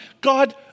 God